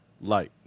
light